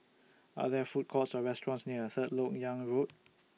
Are There Food Courts Or restaurants near Third Lok Yang Road